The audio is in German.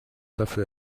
dafür